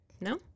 No